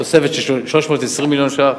תוספת של 320 מיליון שקלים.